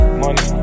money